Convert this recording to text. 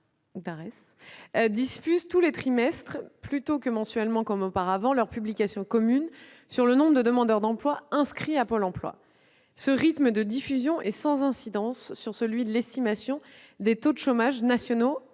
diffusent tous les trimestres, plutôt que mensuellement, comme auparavant, leur publication commune sur le nombre de demandeurs d'emploi inscrits à Pôle emploi. Ce rythme de diffusion est sans incidence sur celui de l'estimation des taux de chômage nationaux